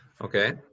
okay